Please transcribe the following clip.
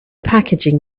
packaging